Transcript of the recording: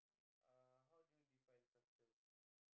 uh how do you define success